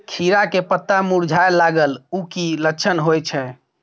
खीरा के पत्ता मुरझाय लागल उ कि लक्षण होय छै?